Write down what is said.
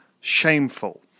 Shameful